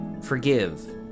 Forgive